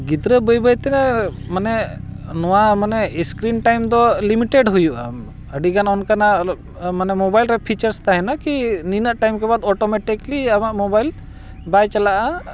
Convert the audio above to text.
ᱜᱤᱫᱽᱨᱟᱹ ᱵᱟᱹᱭ ᱵᱟᱹᱭᱛᱮ ᱢᱟᱱᱮ ᱱᱚᱣᱟ ᱢᱟᱱᱮ ᱥᱠᱨᱤᱱ ᱴᱟᱭᱤᱢ ᱫᱚ ᱞᱤᱢᱤᱴᱮᱰ ᱦᱩᱭᱩᱜ ᱟᱹᱰᱤᱜᱟᱱ ᱚᱱᱠᱟᱱᱟᱜ ᱢᱟᱱᱮ ᱢᱳᱵᱟᱭᱤᱞ ᱨᱮ ᱯᱷᱤᱪᱟᱨᱥ ᱛᱟᱦᱮᱱᱟ ᱠᱤ ᱱᱤᱱᱟᱹᱜ ᱴᱟᱭᱤᱢ ᱠᱮ ᱵᱟᱫᱽ ᱚᱴᱳᱢᱮᱴᱤᱠᱞᱤ ᱟᱢᱟᱜ ᱢᱳᱵᱟᱭᱤᱞ ᱵᱟᱭ ᱪᱟᱞᱟᱜᱼᱟ